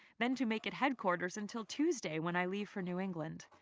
then to make it headquarters until tuesday when i leave for new england.